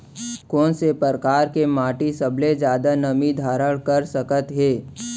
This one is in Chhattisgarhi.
कोन से परकार के माटी सबले जादा नमी धारण कर सकत हे?